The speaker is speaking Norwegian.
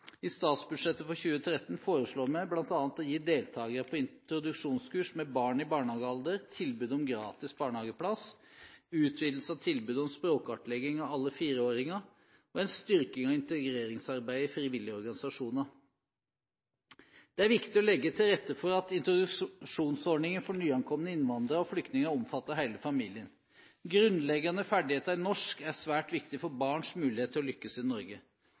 I statsbudsjettet for 2013 foreslår vi bl.a. å gi deltakere på introduksjonskurs med barn i barnehagealder tilbud om gratis barnehageplass, utvidelse av tilbudet om språkkartlegging av alle fireåringer og en styrking av integreringsarbeidet i frivillige organisasjoner. Det er viktig å legge til rette for at introduksjonsordningen for nyankomne innvandrere og flyktninger omfatter hele familien. Grunnleggende ferdigheter i norsk er svært viktig for barns mulighet til å lykkes i Norge.